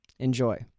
Enjoy